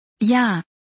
Ja